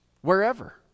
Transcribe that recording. Wherever